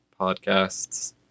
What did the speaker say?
podcasts